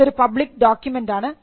ഇതൊരു പബ്ലിക് ഡോക്യുമെൻറാണ്